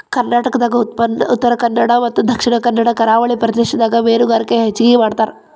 ಕರ್ನಾಟಕದಾಗ ಉತ್ತರಕನ್ನಡ ಮತ್ತ ದಕ್ಷಿಣ ಕನ್ನಡ ಕರಾವಳಿ ಪ್ರದೇಶದಾಗ ಮೇನುಗಾರಿಕೆ ಹೆಚಗಿ ಮಾಡ್ತಾರ